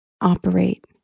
operate